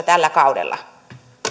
tällä kaudella